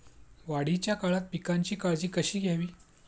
वाढीच्या काळात पिकांची काळजी कशी घ्यावी?